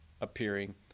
appearing